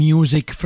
Music